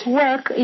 work